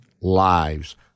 lives